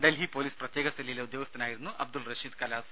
Delhi police പ്രത്യേക സെല്ലിലെ ഉദ്യോഗസ്ഥനായിരുന്നു അബ്ദുൽ റഷീദ് കലാസ്